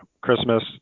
Christmas